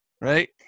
right